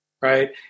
right